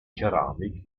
keramik